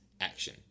action